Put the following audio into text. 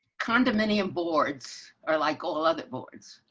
condominium boards are like all other boards.